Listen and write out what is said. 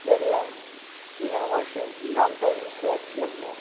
দেখলাম কী নাম আসে নামটা বুঝতে পারছিলাম না